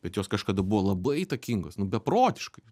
bet jos kažkada buvo labai įtakingos nu beprotiškai